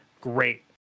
great